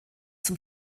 zum